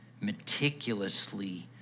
meticulously